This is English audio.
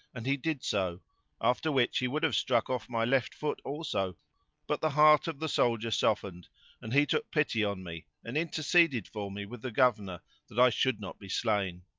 and he did so after which he would have struck off my left foot also but the heart of the soldier softened and he took pity on me and interceded for me with the governor that i should not be slain.